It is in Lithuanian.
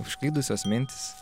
užklydusios mintys